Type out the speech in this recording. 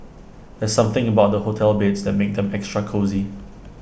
there's something about hotel beds that makes them extra cosy